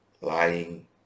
lying